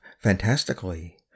fantastically